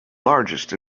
largest